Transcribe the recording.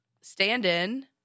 stand-in